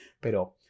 pero